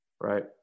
Right